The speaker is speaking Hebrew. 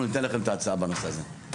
אנחנו ניתן לכם את ההצעה בנושא הזה.